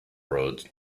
roads